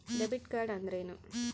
Debit card ಅಂದ್ರೇನು?